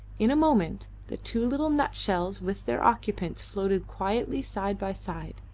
in a moment the two little nutshells with their occupants floated quietly side by side,